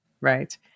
Right